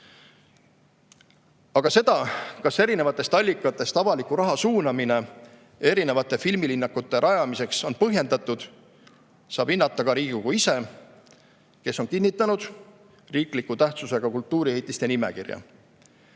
Aga seda, kas eri allikatest avaliku raha suunamine erinevate filmilinnakute rajamiseks on põhjendatud, saab hinnata ka Riigikogu ise, kes on kinnitanud riikliku tähtsusega kultuuriehitiste nimekirja.